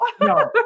No